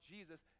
Jesus